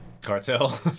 Cartel